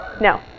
No